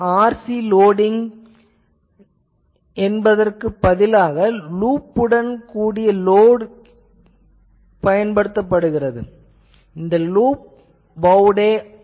இங்கு RC loading என்பதற்குப் பதிலாக லூப் உடன் கூடிய லோட் என்பதே